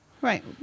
Right